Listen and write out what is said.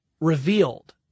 revealed